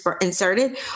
inserted